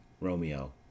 Romeo